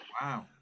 wow